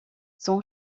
son